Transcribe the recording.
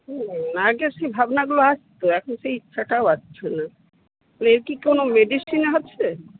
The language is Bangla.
হুম আগে সেই ভাবনাগুলো আসতো এখন সেই ইচ্ছাটাও আসছে না এর কি কোনো মেডিসিন আছে